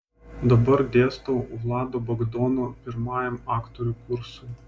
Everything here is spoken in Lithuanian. dabar dėstau vlado bagdono pirmajam aktorių kursui